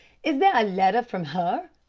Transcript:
is there a letter from her?